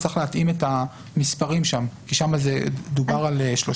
צריך להתאים את המספרים שם כי שם דובר על 30 חודשים.